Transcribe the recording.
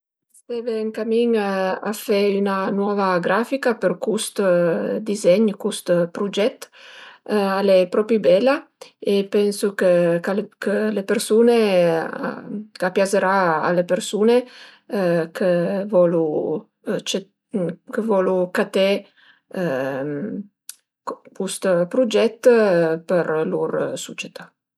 Seve ën camin a fe üna nuova grafica për cust dizegn, cust prugèt? Al e propi bela e pensu chë le persun-e, ch'a piazërà a le persun-e chë volu cë- che volu caté cust prugèt për lur sucietà